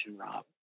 Rob